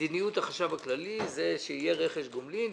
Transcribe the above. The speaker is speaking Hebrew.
מדיניות החשב הכללי זה שיהיה רכש גומלין,